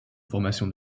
formation